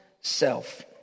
self